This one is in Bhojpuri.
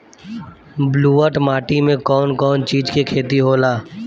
ब्लुअट माटी में कौन कौनचीज के खेती होला?